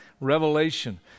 revelation